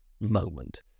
moment